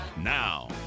Now